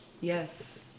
Yes